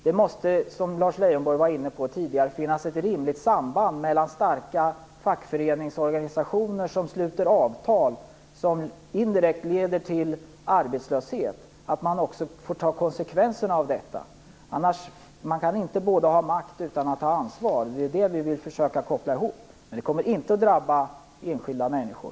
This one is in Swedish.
Som Lars Leijonborg tidigare var inne på får man ta konsekvenserna av att starka fackföreningsorganisationer sluter avtal, vilka indirekt leder till arbetslöshet. Man kan inte ha makt utan att ta ansvar. Det är detta som vi vill försöka koppla ihop. Men det kommer inte att drabba enskilda människor.